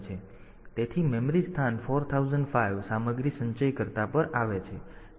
તેથી મેમરી સ્થાન 4005 સામગ્રી સંચયકર્તા પર આવે છે